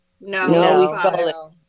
No